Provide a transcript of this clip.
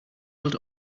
held